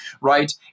right